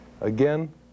Again